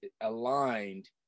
aligned